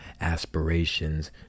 aspirations